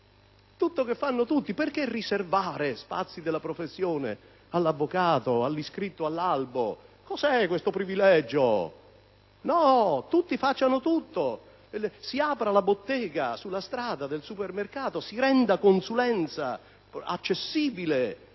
tutti fanno tutto. Perché riservare spazi della professione all'avvocato, all'iscritto all'albo? Cos'è questo privilegio? No, tutti facciano tutto; si apra la bottega sulla strada del supermercato; si renda consulenza accessibile,